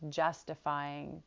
justifying